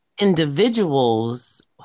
individuals